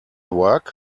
work